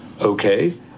okay